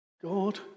God